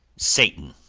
satan,